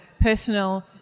personal